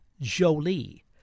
Jolie